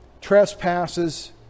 trespasses